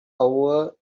over